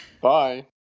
Bye